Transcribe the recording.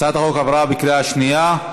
הצעת החוק עברה בקריאה שנייה.